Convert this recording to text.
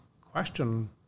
question